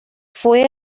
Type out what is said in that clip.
fue